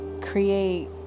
create